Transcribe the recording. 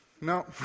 No